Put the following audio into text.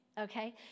Okay